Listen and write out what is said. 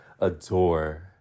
adore